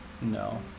No